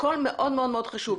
הכול מאוד מאוד מאוד חשוב.